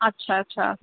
اچھا اچھا